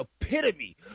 epitome